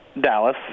Dallas